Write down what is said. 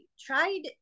tried